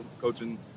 coaching